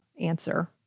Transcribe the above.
answer